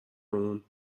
اون